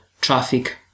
traffic